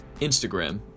Instagram